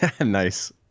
Nice